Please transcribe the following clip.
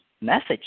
message